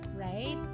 right